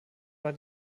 war